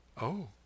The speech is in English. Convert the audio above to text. Oh